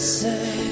say